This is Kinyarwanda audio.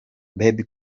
bebe